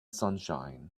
sunshine